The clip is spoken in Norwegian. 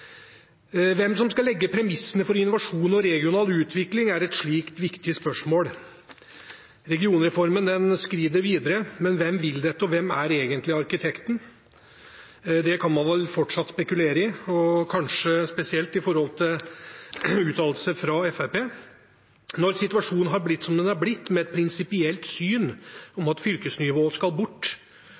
Hvem som skal legge premissene for innovasjon og regional utvikling, er et slikt viktig spørsmål. Regionreformen skrider videre, men hvem vil dette, og hvem er egentlig arkitekten? Det kan man fortsatt spekulere på, og kanskje spesielt når det gjelder uttalelser fra Fremskrittspartiet. Når situasjonen har blitt som den har blitt, med et prinsipielt syn om at fylkesnivået skal bort